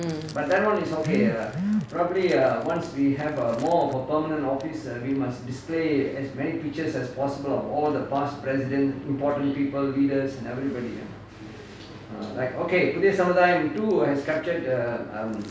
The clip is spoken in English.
mm